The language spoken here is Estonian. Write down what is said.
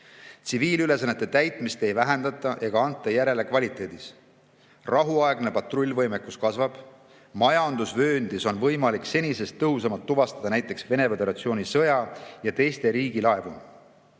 Tsiviilülesannete täitmist ei vähendata ega anta järele kvaliteedis. Rahuaegne patrullivõimekus kasvab, majandusvööndis on võimalik senisest tõhusamalt tuvastada näiteks Vene föderatsiooni sõja‑ ja riigi teisi laevu.